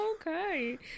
Okay